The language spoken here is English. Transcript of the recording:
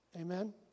Amen